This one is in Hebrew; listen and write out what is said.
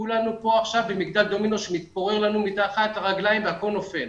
כולנו פה עכשיו במגדל דומינו שמתפורר לנו מתחת לרגליים והכל נופל.